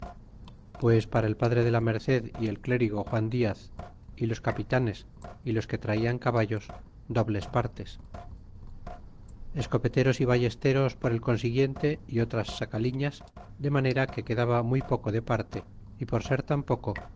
pues para el padre de la merced y el clérigo juan diaz y los capitanes y los que traian caballos dobles partes escopeteros y ballesteros por el consiguiente é otras sacaliñas de manera que quedaba muy poco de parte y por ser tan